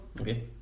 Okay